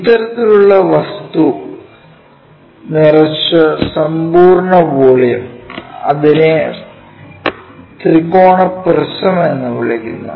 ഇത്തരത്തിലുള്ള വസ്തു നിറച്ച സമ്പൂർണ്ണ വോളിയം അതിനെ ത്രികോണ പ്രിസം എന്ന് വിളിക്കുന്നു